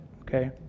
okay